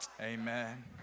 Amen